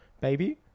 baby